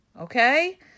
okay